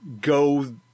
go